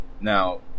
Now